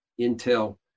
intel